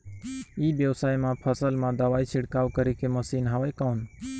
ई व्यवसाय म फसल मा दवाई छिड़काव करे के मशीन हवय कौन?